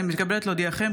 אני מתכבדת להודיעכם,